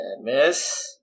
Miss